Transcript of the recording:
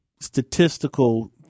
statistical